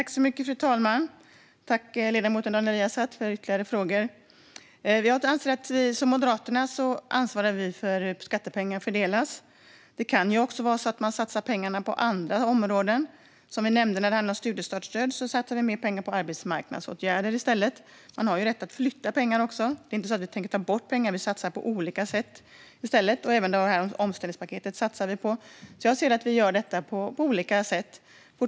Fru talman! Tack, ledamoten Daniel Riazat, för ytterligare frågor. Som moderater ansvarar vi för hur skattepengar fördelas. Det kan vara så att man satsar pengarna på andra områden. Som vi nämnde när det handlade om studiestartsstöd satsar vi mer pengar på arbetsmarknadsåtgärder i stället. Man har också rätt att flytta pengar. Det är inte så att vi tänker ta bort pengar, Vi satsar på olika sätt i stället. Vi satsar även på omställningspaketet. Jag ser att vi gör det på olika sätt.